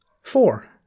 Four